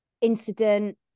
incident